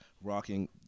rocking